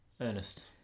Ernest